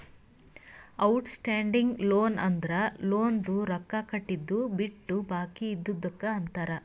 out standing loan ಅಂದುರ್ ಲೋನ್ದು ರೊಕ್ಕಾ ಕಟ್ಟಿದು ಬಿಟ್ಟು ಬಾಕಿ ಇದ್ದಿದುಕ್ ಅಂತಾರ್